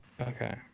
Okay